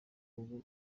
rugo